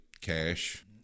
cash